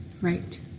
Right